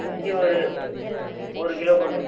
இஞ்சி ஒரு ஒரு கிலோ கொடுங்க